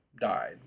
died